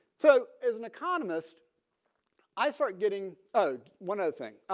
so as an economist i start getting out one other thing.